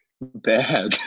Bad